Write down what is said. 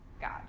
God